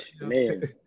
man